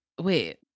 wait